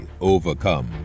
overcome